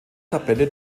kapelle